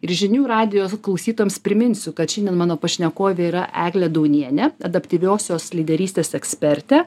ir žinių radijo klausytojams priminsiu kad šiandien mano pašnekovė yra eglė daunienė adaptyviosios lyderystės ekspertė